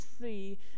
see